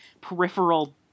peripheral